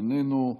איננו,